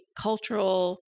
cultural